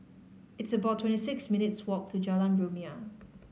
it's about twenty six minutes' walk to Jalan Rumia